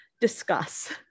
discuss